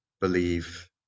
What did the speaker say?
believe